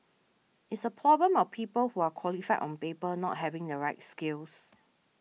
it's a problem of people who are qualified on paper not having the right skills